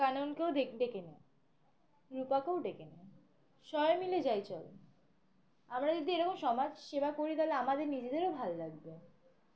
কাননকেও ডেকে নে রূপাকেও ডেকে নে সবাই মিলে যাই চল আমরা যদি এরকম সমাজ সেবা করি তাহলে আমাদের নিজেদেরও ভালো লাগবে